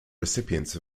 recipients